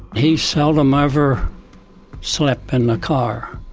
he seldom ever slept in the car,